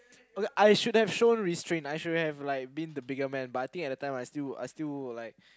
okay I should have shown restraint I should have like been the bigger man but at that point in time I still I still like